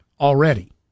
Already